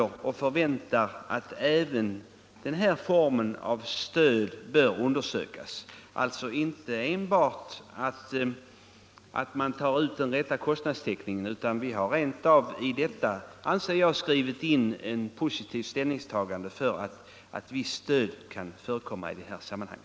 Vi anser alltså att även den här formen av stöd bör undersökas, och vi avser därmed inte bara en undersökning av att man inte tar ut mer än vad som behövs för kostnadstäckning, utan vi har därmed enligt min mening gjort ett positivt ställningstagande och uttalat att viss subvention bör kunna förekomma i detta sammanhang.